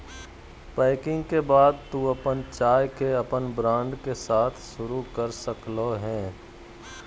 packing के बाद तू अपन चाय के अपन ब्रांड के साथ शुरू कर सक्ल्हो हें